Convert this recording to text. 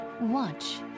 watch